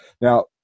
now